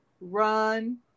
run